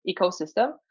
ecosystem